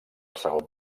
segon